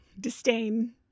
disdain-